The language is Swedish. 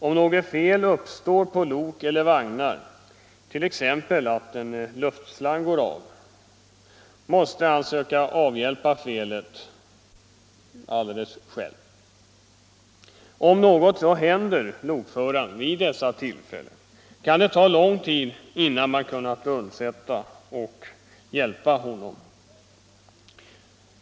Om något fel uppstår på lok eller vagnar - om t.ex. en luftslang går av — måste han söka avhjälpa felet alldeles själv. Om något händer lokföraren vid dessa tillfällen, kan det ta lång tid innan man kan undsätta honom.